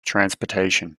transportation